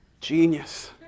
Genius